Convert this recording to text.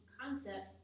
concept